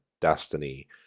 Destiny